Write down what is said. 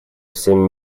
всем